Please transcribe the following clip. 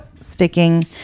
sticking